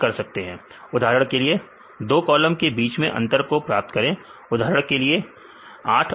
उदाहरण के लिए दो कॉलम के बीच में अंतर को प्राप्त करें उदाहरण के लिए 8 और 7